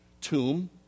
tomb